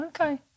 okay